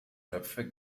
töpfe